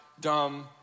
dumb